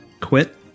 Quit